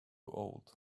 old